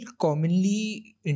commonly